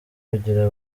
kugira